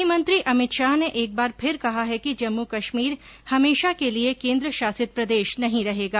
गृह मंत्री अमित शाह ने एक बार फिर कहा है कि जम्मू कश्मीर हमेशा के लिए केन्द्र शासित प्रदेश नहीं रहेगा